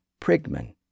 prigman